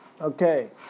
Okay